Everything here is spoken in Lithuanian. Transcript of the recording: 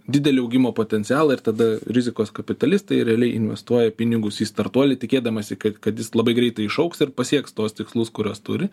didelį augimo potencialą ir tada rizikos kapitalistai realiai investuoja pinigus į startuolį tikėdamasi kad kad jis labai greitai išaugs ir pasieks tuos tikslus kuriuos turi